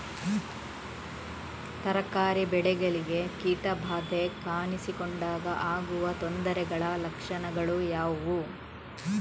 ತರಕಾರಿ ಬೆಳೆಗಳಿಗೆ ಕೀಟ ಬಾಧೆ ಕಾಣಿಸಿಕೊಂಡಾಗ ಆಗುವ ತೊಂದರೆಗಳ ಲಕ್ಷಣಗಳು ಯಾವುವು?